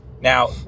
Now